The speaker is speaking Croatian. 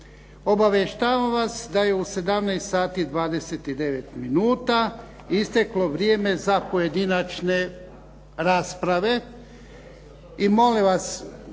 obavještavam vas da je u 17,20 minuta isteklo vrijeme za prijavu pojedinačne rasprave. I molim vas,